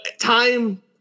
time –